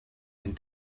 and